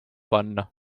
panna